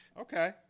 okay